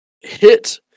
hit